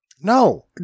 No